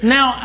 Now